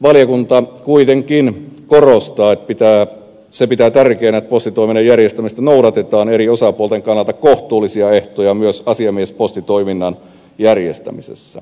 valiokunta kuitenkin korostaa että se pitää tärkeänä että postitoiminnan järjestämisessä noudatetaan eri osapuolten kannalta kohtuullisia ehtoja myös asiamiespostitoiminnan järjestämisessä